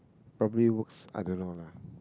probably works I don't know lah